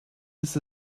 ist